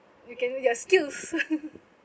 you can read your skills